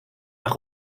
nach